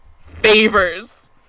Favors